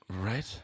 right